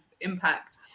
impact